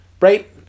right